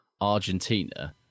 Argentina